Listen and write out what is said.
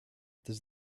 does